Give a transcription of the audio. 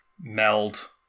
meld